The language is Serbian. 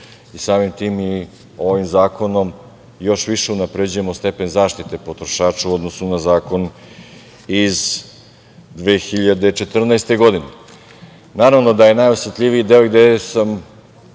Samim tim, ovim zakonom još više unapređujemo stepen zaštite potrošača u odnosu na zakon iz 2014. godine. Naravno da je najosetljiviji deo, a gde sam